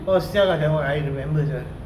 !wah! [sial] lah that [one] I remember sia